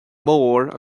mór